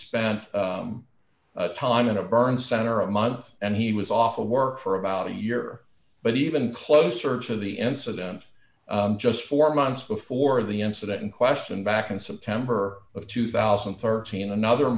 spent time in a burn center a month and he was off of work for about a year but even closer to the incident just four months before the incident in question back in september of two thousand and thirteen another